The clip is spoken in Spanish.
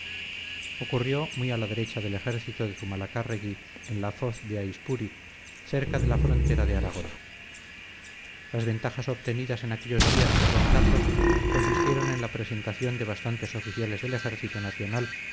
ocurrió muy a la derecha del ejército de zumalacárregui en la foz de aispuri cerca de la frontera de aragón las ventajas obtenidas en aquellos días por d carlos consistieron en la presentación de bastantes oficiales del ejército nacional